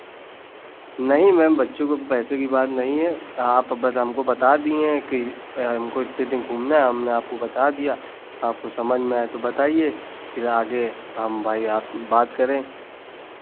नहीं मैम बच्चों को पैसे की बात नहीं है आप बस हमको बता दिए हैं कि हमको इतने दिन घूमना है हमने आपको बता दिया आपको समझ में आए तो बताइए फिर आगे हम भाई आप बात करें